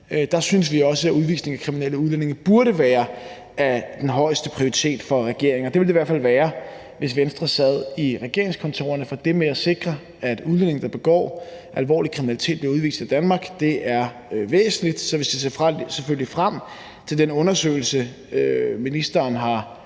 der synes vi også, at udvisning af kriminelle udlændinge burde være af den højeste prioritet for regeringen, og det ville det i hvert fald være, hvis Venstre sad i regeringskontorerne. For det med at sikre, at udlændinge, der begår alvorlig kriminalitet, bliver udvist af Danmark, er væsentligt. Så vi ser selvfølgelig frem til den undersøgelse, ministeren har